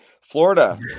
Florida